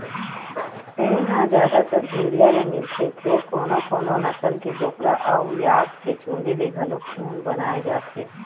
ऊन ह जादातर भेड़िया ले मिलथे फेर कोनो कोनो नसल के बोकरा अउ याक के चूंदी ले घलोक ऊन बनाए जाथे